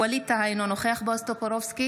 ווליד טאהא, אינו נוכח בועז טופורובסקי,